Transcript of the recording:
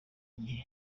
gihe